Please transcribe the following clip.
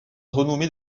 renommée